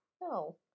No